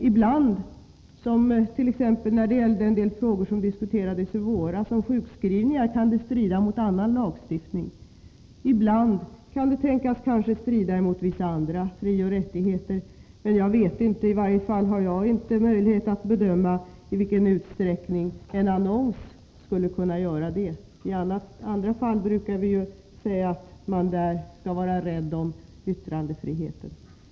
Ibland — som t.ex. när det gäller sjukskrivningar, som diskuterades i våras — kan åtgärderna strida mot annan lagstiftning. Ibland kan de tänkas strida mot vissa andra frioch rättigheter. Men jag vet inte — det har jag i varje fall inte möjligheter att bedöma — i vilken utsträckning en annons skulle kunna göra det. I andra fall brukar vi ju säga att man skall vara rädd om yttrandefriheten.